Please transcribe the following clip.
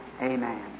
amen